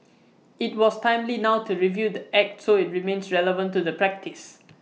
IT was timely now to review the act so IT remains relevant to the practice